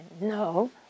no